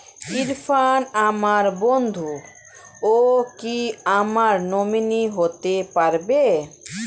ইরফান আমার বন্ধু ও কি আমার নমিনি হতে পারবে?